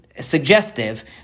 suggestive